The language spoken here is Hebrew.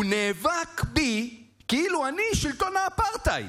הוא נאבק בי כאילו אני שלטון האפרטהייד.